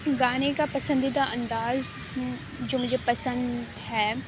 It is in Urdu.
گانے کا پسندیدہ انداز جو مجھے پسند ہے